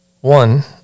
One